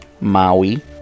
maui